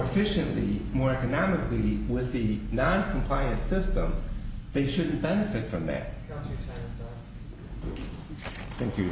efficiently more economically with the non compliant system they should benefit from back thank you